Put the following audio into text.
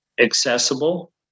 accessible